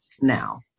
now